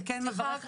מצטערת,